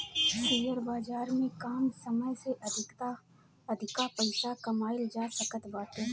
share बाजार में कम समय में अधिका पईसा कमाईल जा सकत बाटे